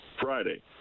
Friday